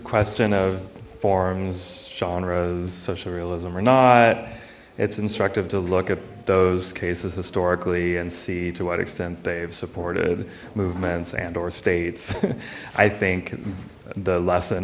question of forms genres social realism or not it's instructive to look at those cases historically and see to what extent they've supported movements andor states i think the lesson